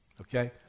okay